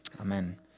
Amen